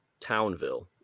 Townville